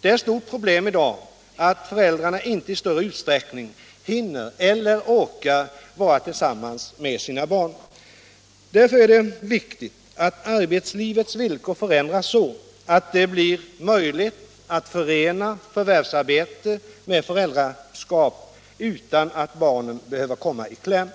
Det är ett stort problem i dag att föräldrarna inte i större utsträckning hinner eller orkar vara tillsammans med sina barn. Därför är det viktigt att arbetslivets villkor ändras, så att det blir möjligt att förena förvärvsarbete med föräldraskap utan att barnen behöver komma i kläm.